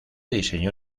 diseñó